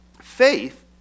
Faith